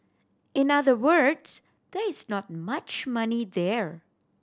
in other words there is not much money there